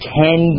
ten